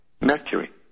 Mercury